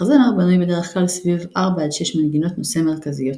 מחזמר בנוי בדרך כלל סביב ארבע עד שש מנגינות נושא מרכזיות,